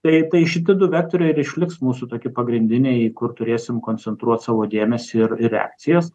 tai tai šiti du vektoriai ir išliks mūsų toki pagrindiniai kur turėsim koncentruot savo dėmesį ir reakcijas